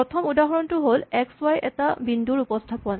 প্ৰথম উদাহৰণটো হ'ল এক্স ৱাই এটা বিন্দুৰ উপস্হাপন